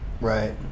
Right